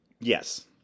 Yes